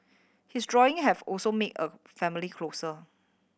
his drawing have also made a family closer